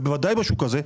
ובוודאי בשוק הזה,